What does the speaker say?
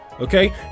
okay